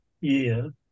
year